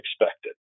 expected